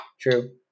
True